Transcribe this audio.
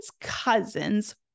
cousin's